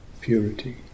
purity